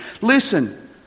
Listen